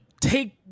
take